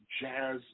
jazz